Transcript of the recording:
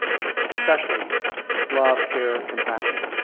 and especially love, care, compassion.